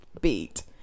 beat